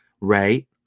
right